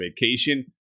vacation